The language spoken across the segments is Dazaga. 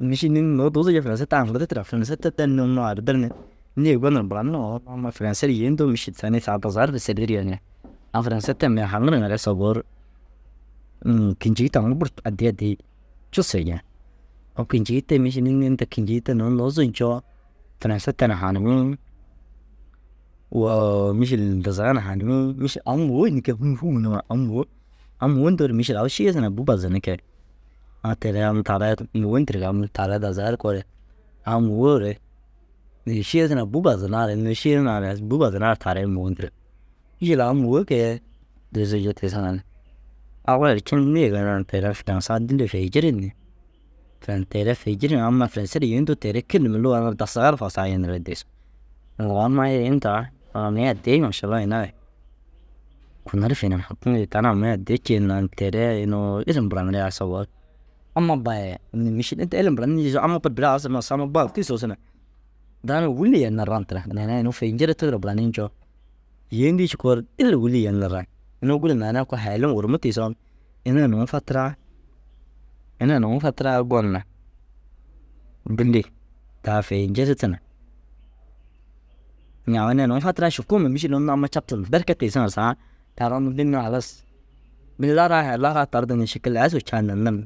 Mîšil înni? Nuu duuzu joo furãse te haŋirdi tira. Furãse den ni unnu erdir ni nêe gonir buranir ŋa au amma furãse ru yêentoo mîšil tanii saa dazaga ri fêserdir yenirig. Au furãse te mire haanir ŋa re sobou ru inii kîncigi taŋuu buru addii addii cusei jen. Au kîncii te mîšil înni inta kîncii te nuu nuuzu ncoo furãse te na haanimmi. Woo mîšil dazaga na haanimmi mîšil au mûgo înni kee fũ fũ nima am mûgo am mûgo ntoore mîšil am šîya sunaa bû bazinni kee. Au meere unnu taarai mûgo ndirigaa am unnu taarai dazaga ru koore am mûgoore mîšil šiya sunaa bî bazinninaare ini mire šiya hunaare bû bazinnaare taarai mûgo ndirig. Mîšil am mûgo kee duuzu jii tiisiŋare au erci ni nîye rayi ni teere furãsea dîlli fi jirir ni fen teere fi jiri ŋa amma furãse ru yêentoo teere kêlumur lugaa nuruu dazagaa ru wusaa cenirigire digisu. au amii addii ru mašalla ini ai kuno ru finim nêe tani amii addii ciina teere i unnu ilim buranirigaa sobou ru amma ba ye unnu mîšil inta ilim buranii jire ši amma ta biri aazimmi usso amma ba kûi suus na dau numa wûlli yen na ran tira. Neere fi nciritigire buranii ncoo yêetii cikoore dîlli wûlli yen na ran. Inuu gûro neere i koo hayilum wurumme tiisoo ini ai nuu fatiraa ini ai nuu fatiraa gon na dîlli daa fi nciriti na ña ini ai nuu fatiraa šukuuma mîšil unnu amma captindu belke tiisiŋa ru saa taara unnu bini unnu halas bini laraa hee laraa tardu ni šiki laisuu caatin nir ni.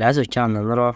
Laisuu caatin niroo